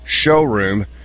showroom